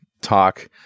talk